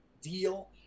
deal